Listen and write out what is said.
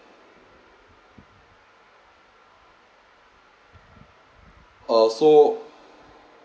uh so